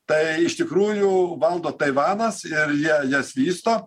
tai iš tikrųjų valdo taivanas ir jie jas vysto